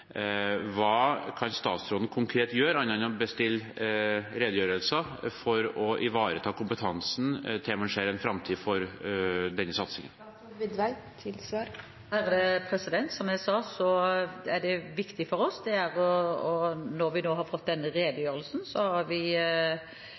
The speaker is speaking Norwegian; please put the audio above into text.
hva kan statsråden konkret gjøre, annet enn å bestille redegjørelser, for å ivareta kompetansen til man ser en framtid for denne satsingen? Som jeg sa, etter at vi nå har fått denne redegjørelsen, har vi besluttet at tilskuddet fra Kulturdepartementet for første halvdel av 2015 blir utbetalt som normalt. Stortinget har